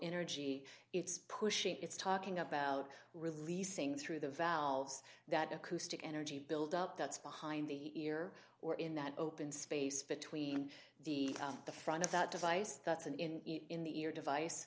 inner g it's pushing it's talking about releasing through the valves that acoustic energy buildup that's behind the ear or in that open space between the front of that device that's an in in the ear device